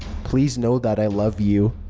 please know that i love you.